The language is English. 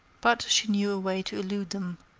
but she knew a way to elude them.